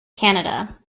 canada